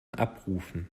abrufen